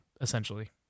essentially